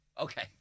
Okay